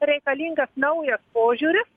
reikalingas naujas požiūris